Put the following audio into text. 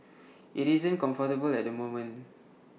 IT isn't comfortable at the moment